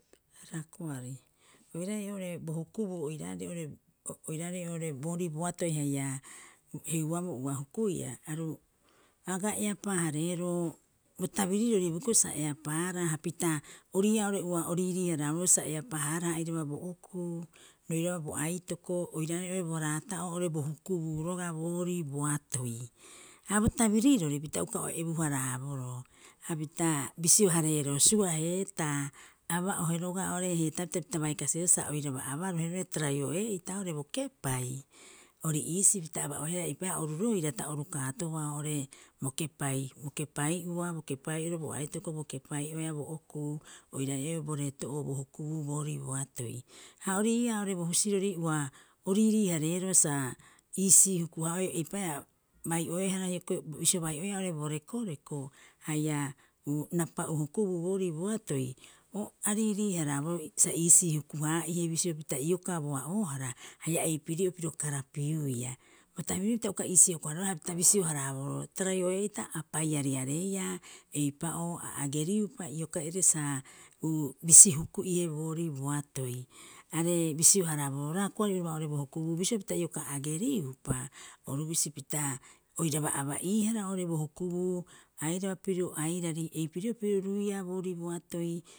Raakoari, oiraarei oo'ore bo hukubuu oiraarei oo'ore boorii boatoi haia heuaabo ua hukuia, aga eapaa- hareeroo. Bo tabirirori boikiro sa eapaaraa hapita ori ii'aa ua o riirii- haraaboroo sa eapaa- haaraha airaba bo okuu, roiraba bo aitoko oiraarei oo'ore bo raata'oo oo'ore bo hukubuu roga'a boorii boatoi. Ha bo tabirirori pita uka o ebu- haraaboroo, hapita bisio- hareeroo, suaheetaa aba'ohe roga'a oo'ore heetaapita pita bai kasiebaa sa oiraba abarohe roo'ore Tarai'o'ee'ita oo'ore o kepai. Ori iisii pita aba'oehara eipaareha oru roira ta o rukaatobaa oo'ore bo kepai. Bo kepai'ua, bo kepai'oro bo aitoko, bo kepai'oeaa bo okuu oiraarei oo'ore bo reeto'oo bo hukubuu boorii bo atoi. Ha ori ii'aa bo husirori ua o riirii- hareeroo sa iisii huku- haa'ohe, eipaareha bai'ohara hioko'i bisio bai'oea oo'ore bo rekoreko haia rapa'u hukubu boorii boatoi, o a riirii- haraaboroo sa iisii huku- haa'ihe bisio pita iokaa bo a'oohara haia eipiri'oo piro karapiuiia. Bo tabirirori pita uka iisii hoko- hareeboroo, hapita bisio- haraaboroo Tarai'o'ee'ita, a paiariareiaa eipa'oo a ageriupa ioka'ire sa uu bisi huku'ihe boorii bo atoi. Are bisio- haraaboroo raakoari oiraba oo'ore bo hukubuu, bisio pita ioka ageriupa, orubisi pita oiraba aba'iihara oo'ore bo hukubuu airaba pirio airari eipiri'oo piro ruiia boorii bo atoi.